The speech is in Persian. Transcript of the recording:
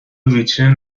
ویترین